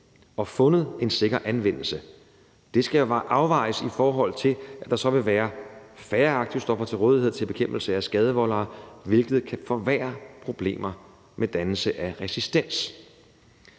og fundet en sikker anvendelse, skal afvejes, i forhold til at der så vil være færre aktivstoffer til rådighed til bekæmpelse af skadevoldere, hvilket kan forværre problemer med dannelse af resistens.